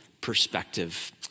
perspective